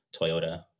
Toyota